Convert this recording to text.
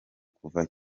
kuva